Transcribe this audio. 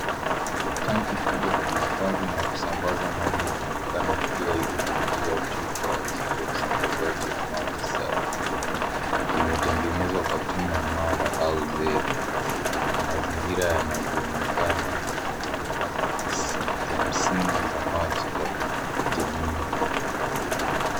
Tangi kubwa ya kuhifadhi na kusambaza maji, inaonekana ikiwa imeinuliwa juu kwa ajili ya usambazaji wa maji safi. Imetengenezwa kwa chuma imara au zege, na mazingira yanavyoonekana ni ya huduma za msingi za maji kwa jamii.